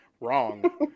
wrong